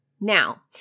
Now